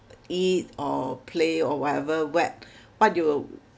eat or play or whatever what what you